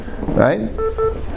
right